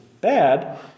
bad